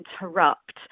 interrupt